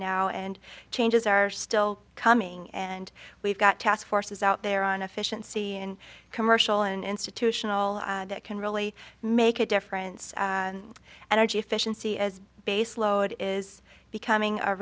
now and changes are still coming and we've got task forces out there on efficiency and commercial and institutional that can really make a difference and argy efficiency as baseload is becoming a